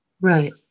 Right